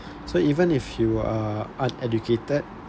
so even if you are uneducated